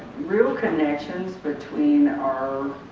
real connections between our